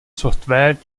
software